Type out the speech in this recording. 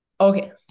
okay